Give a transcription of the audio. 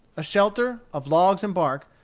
a shelter, of logs and bark,